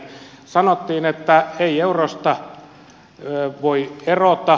sanottiin että ei eurosta voi erota